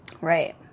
Right